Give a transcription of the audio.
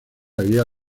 había